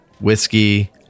whiskey